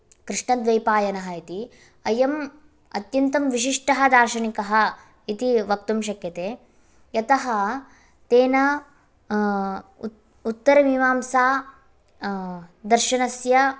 कृष्णद्वैपायनः इति अयम् अत्यन्तं विशिष्टः दार्शनिकः इति वक्तुं शक्यते यतः तेन उत्त् उत्तरमीमांसा दर्शनस्य